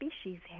species